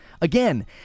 Again